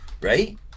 Right